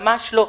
ממש לא,